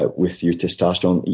ah with your testosterone.